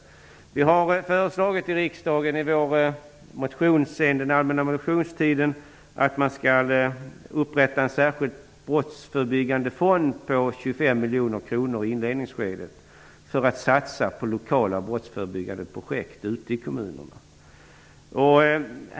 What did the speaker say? Vi har i vår motion från allmänna motionstiden i riksdagen föreslagit att man skall upprätta en särskild brottsförebyggande fond om i inledningsskedet 25 miljoner kronor, för att satsa på brottsförebyggande projekt ute i kommunerna.